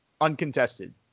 uncontested